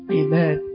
amen